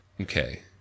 Okay